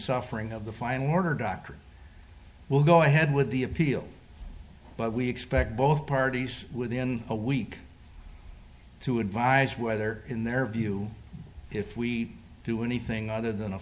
suffering of the final order doctors will go ahead with the appeal but we expect both parties within a week to advise whether in their view if we do anything other than a